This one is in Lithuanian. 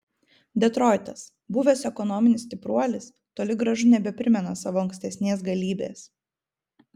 detroitas buvęs ekonominis stipruolis toli gražu nebeprimena savo ankstesnės galybės